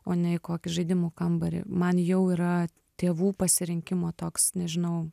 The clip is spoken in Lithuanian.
o ne į kokį žaidimų kambarį man jau yra tėvų pasirinkimo toks nežinau